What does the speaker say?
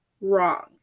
wrong